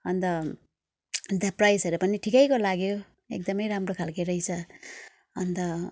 अन्त त्यहाँ प्राइसहरू पनि ठिकैको लाग्यो एकदम राम्रो खाले रहेछ अन्त